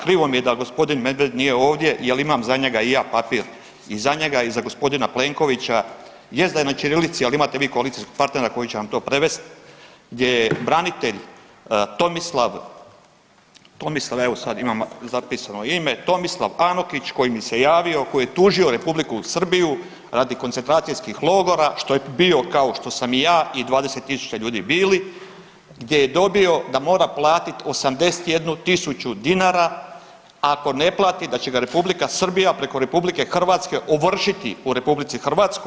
Krivo mi je da g. Medved nije ovdje jel imam za njega i ja papir i za njega i za g. Plenkovića, jest da je na ćirilici, ali imate vi koalicijskog partnera koji će vam to prevest gdje je branitelj Tomislav, evo sad imam zapisano ime Tomislav Anukić koji mi se javio koji je tužio Republiku Srbiju radi koncentracijskih logora što je bio kao što sam i ja i 20.000 ljudi bili gdje je dobio da mora platit 81.000 dinara, ako ne plati da će ga Republika Srbija preko RH ovršiti u RH.